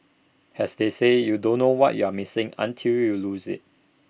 has they say you don't know what you're missing until you lose IT